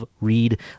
read